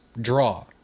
draw